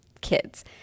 kids